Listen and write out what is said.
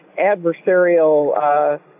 adversarial